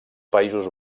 països